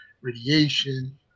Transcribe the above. radiation